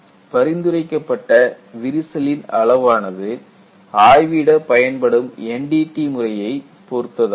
பரிந்துரைக்கப்பட்ட விரிசலின் அளவானது ஆய்விட பயன்படும் NDT முறையை பொருத்ததாகும்